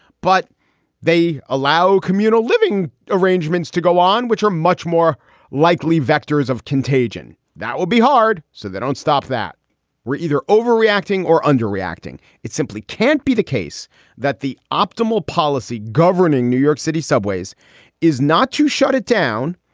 but they allow communal living arrangements to go on, which are much more likely vectors of contagion that will be hard. so they don't stop that we're either overreacting or under reacting. it simply can't be the case that the optimal policy governing new york city subways is not to shut it down,